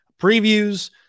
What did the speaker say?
previews